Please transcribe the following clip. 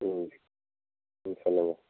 ம் ம் சொல்லுங்கள்